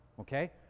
Okay